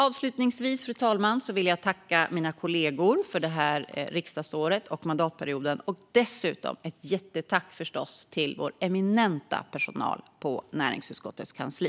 Avslutningsvis vill jag tacka mina kollegor för det här riksdagsåret och för mandatperioden. Dessutom vill jag rikta ett jättetack till den eminenta personalen på näringsutskottets kansli.